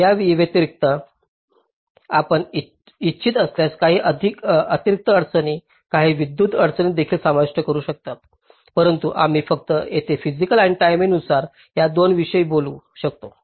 तर याव्यतिरिक्त आपण इच्छित असल्यास काही अतिरिक्त अडचणी काही विद्युत अडचणी देखील समाविष्ट करू शकता परंतु आम्ही फक्त येथे फिसिकल आणि टाईमेनुसार या 2 विषयी बोलू शकतो